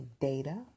data